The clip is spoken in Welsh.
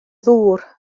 ddŵr